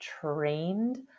trained